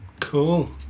Cool